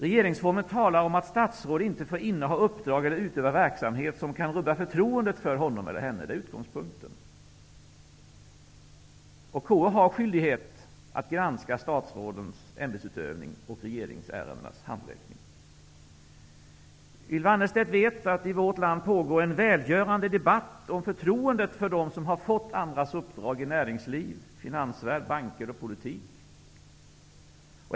Regeringsformen talar om att statsråd inte får inneha uppdrag eller utöva verksamhet som kan rubba förtroendet för honom eller henne. Det är utgångspunkten. KU har skyldighet att granska statsrådens ämbetsutövning och regeringsärendenas handläggning. Ylva Annerstedt vet att det i vårt land pågår en välgörande debatt om förtroendet för dem som har fått uppdrag i näringsliv, finansvärld, banker och politik.